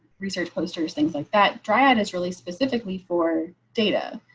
research posters, things like that dry and it's really specifically for data.